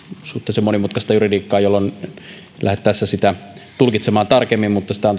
suhteellisen monimutkaista juridiikkaa jolloin en lähde tässä sitä tulkitsemaan tarkemmin mutta sitä on